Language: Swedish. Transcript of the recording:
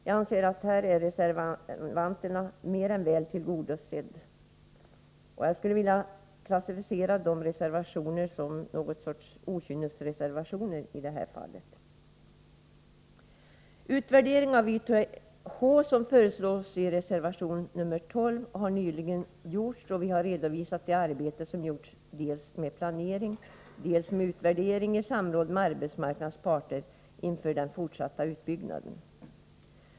Jag anser att reservanterna är mer än väl tillgodosedda. Jag skulle i det här fallet vilja klassificera reservationerna som något slags okynnesreservationer. Utvärdering av YTH, som föreslås i reservation nr 12, har nyligen gjorts. Vi har redovisat det arbete som utförts med dels utvärdering, dels planering i samråd med arbetsmarknadens parter inför den fortsatta utbyggnaden.